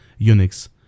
unix